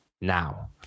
now